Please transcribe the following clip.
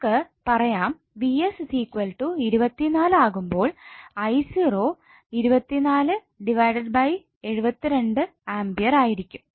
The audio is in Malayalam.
നമുക്ക് പറയാം 𝑣𝑠 24 V ആകുമ്പോൾ 𝐼0 A ആയിരിക്കും